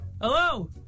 Hello